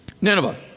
Nineveh